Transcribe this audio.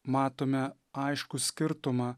matome aiškų skirtumą